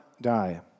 die